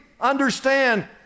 understand